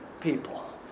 people